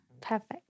Perfect